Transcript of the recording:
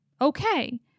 okay